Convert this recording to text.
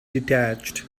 detached